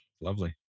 Lovely